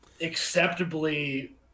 acceptably